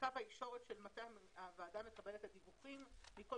הישורת של מתי הוועדה מקבלת את הדיווחים מכל